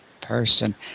person